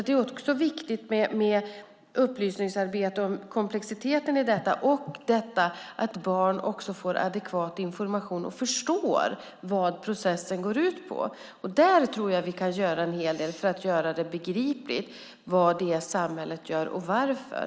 Det är viktigt med upplysningsarbete om komplexiteten i detta och det är viktigt att barn får adekvat information och förstår vad processen går ut på. Jag tror att vi kan göra en hel del för att göra begripligt vad samhället gör och varför.